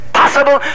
possible